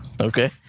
Okay